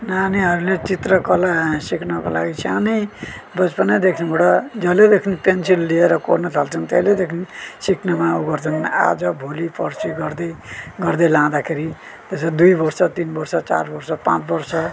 नानीहरूले चित्रकला सिक्नको लागि सानै बचपनैदेखिबाट जहिलेदेखि पेन्सिल लिएर कोर्न थाल्छन् तहिलेदेखि सिक्नुमा ऊ गर्छन् आज भोलि पर्सि गर्दै गर्दै लाँदाखेरि त्यसै दुई वर्ष तिन वर्ष चार वर्ष पाँच वर्ष